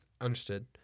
Understood